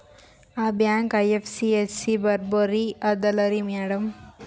ಆ bank IFSC ಬರೊಬರಿ ಅದಲಾರಿ ಮ್ಯಾಡಂ?